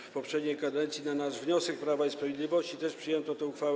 W poprzedniej kadencji na nasz wniosek, Prawa i Sprawiedliwości, też przyjęto taką uchwałę.